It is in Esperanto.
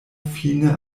fine